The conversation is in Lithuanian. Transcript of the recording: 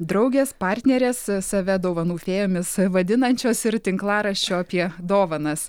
draugės partnerės save dovanų fėjomis vadinančios ir tinklaraščio apie dovanas